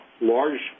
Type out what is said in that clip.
large